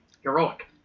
heroic